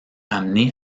emmené